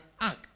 act